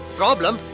problem?